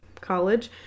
College